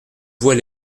voie